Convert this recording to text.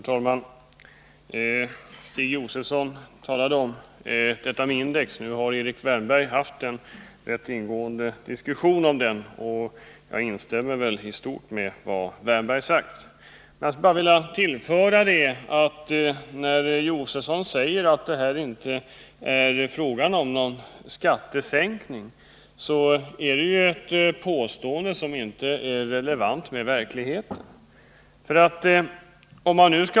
Herr talman! Stig Josefson var inne på frågan om index, och Erik Wärnberg förde en rätt ingående diskussion om detta. Jag vill i stort sett instämma i vad Erik Wärnberg anförde. Men jag vill tillägga att Stig Josefsons påstående om att det här inte är fråga om någon skattesänkning inte överensstämmer med verkligheten.